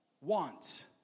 Want